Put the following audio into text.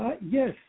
Yes